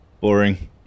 boring